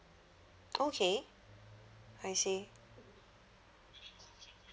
okay I see